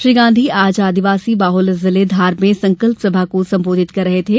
श्री गांधी आज आदिवासी बाहुल्य जिले धार में संकल्प सभा को सम्बोधित कर रहे थे